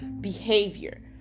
behavior